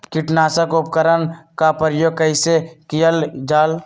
किटनाशक उपकरन का प्रयोग कइसे कियल जाल?